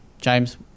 James